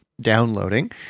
downloading